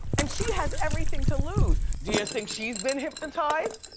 and she has everything to lose. do you think she's been hypnotized?